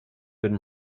been